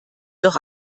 doch